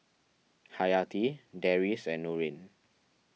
Hayati Deris and Nurin